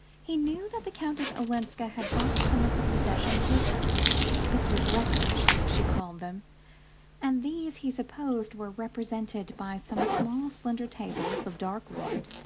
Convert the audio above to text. he knew that the countess olenska had brought some of her possessions with her bits of wreckage, she called them and these, he supposed, were represented by some small slender tables of dark wood,